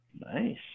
Nice